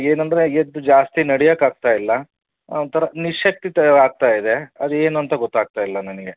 ಏನೆಂದ್ರೆ ಎದ್ದು ಜಾಸ್ತಿ ನಡೆಯೋಕಾಗ್ತಾ ಇಲ್ಲ ಒಂಥರ ನಿಶಕ್ತಿ ಥರ ಆಗ್ತಾ ಇದೆ ಅದೇನು ಅಂತ ಗೊತ್ತಾಗ್ತಾ ಇಲ್ಲ ನನಗೆ